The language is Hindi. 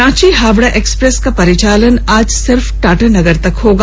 रांची हावड़ा एक्सप्रेस का परिचालन आज सिर्फ टाटानगर तक होगा